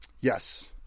Yes